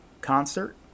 concert